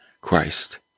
Christ